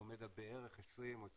עומד על בערך 20% או 21%,